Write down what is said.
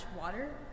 water